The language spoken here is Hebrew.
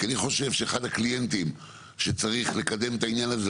כי אני חושב שאחד הקליינטים שצריך לקדם את העניין הזה,